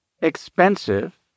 expensive